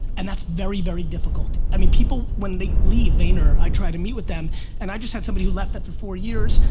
and that's very very difficult. i mean people, when they leave vayner, i try to meet with them and i just had somebody who left after four years,